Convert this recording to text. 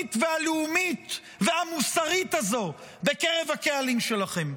הרוחנית והלאומית והמוסרית הזאת בקרב הקהלים שלכם?